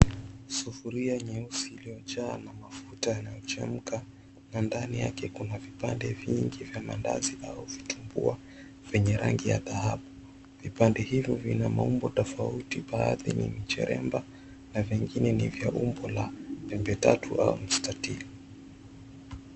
Sufuria nyeusi iliyojaa na mafuta yanayochemka na ndani yake kuna vipande vingi vya maandazi au vitumbua venye rangi ya dhahabu. Vipande hivyo vina maumbo tofauti baadhi ni micheremba na vingine ni vya umbo la pembe tatu au mstatili.